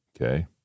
Okay